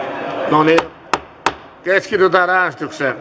no niin keskitytään